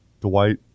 Dwight